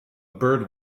bird